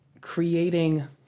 creating